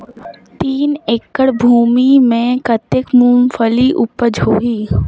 तीन एकड़ भूमि मे कतेक मुंगफली उपज होही?